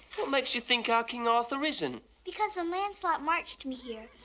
what makes you think our king arthur isn't? because when lancelot marched me here,